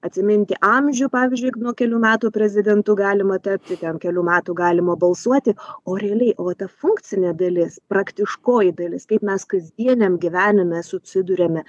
atsiminti amžių pavyzdžiui nuo kelių metų prezidentu galima tapti ten kelių metų galima balsuoti o realiai va ta funkcinė dalis praktiškoji dalis kaip mes kasdieniam gyvenime susiduriame